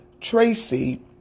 Tracy